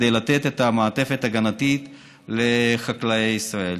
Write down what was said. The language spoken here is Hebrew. כדי לתת את המעטפת ההגנתית לחקלאי ישראל.